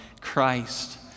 Christ